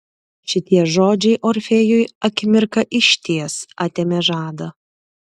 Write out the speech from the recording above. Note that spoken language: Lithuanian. šitie žodžiai orfėjui akimirką išties atėmė žadą